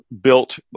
built